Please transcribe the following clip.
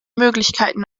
möglichkeiten